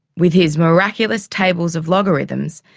with his miraculous tables of logarithms,